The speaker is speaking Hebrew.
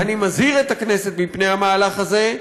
אני מזהיר את הכנסת מפני המהלך הזה,